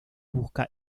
busca